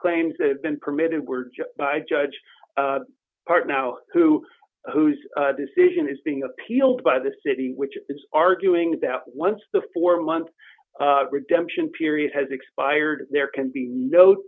claims that have been permitted were by judge part now to whose decision is being appealed by the city which is arguing that once the four month redemption period has expired there can be no